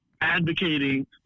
advocating